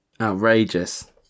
outrageous